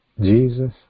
Jesus